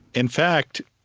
in fact,